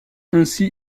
ainsi